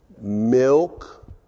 milk